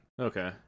Okay